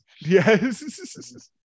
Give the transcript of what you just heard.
Yes